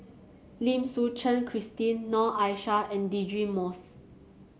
Lim Suchen Christine Noor Aishah and Deirdre Moss